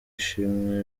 ishimwe